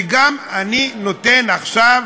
וגם אני נותן עכשיו